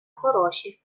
хороші